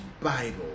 Bible